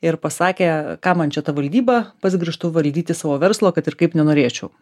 ir pasakė kam man čia ta valdyba pats grįžtu valdyti savo verslo kad ir kaip nenorėčiau